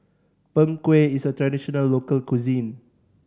Png Kueh is a traditional local cuisine